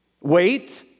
wait